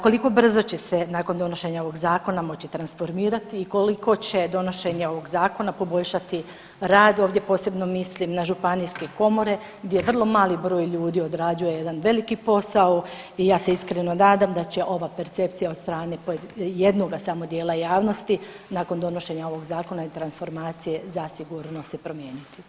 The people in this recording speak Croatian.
Koliko brzo će se nakon donošenja ovog zakona moći transformirati i koliko će donošenje ovog zakona poboljšati rad ovdje posebno mislim na županijske komore gdje vrlo malo broj ljudi odrađuje jedan veliki posao i ja se iskreno nadam da će ova percepcija od strane jednog samo dijela javnosti nakon donošenja ovoga zakona i transformacije zasigurno se promijeniti.